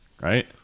right